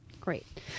Great